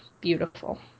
Beautiful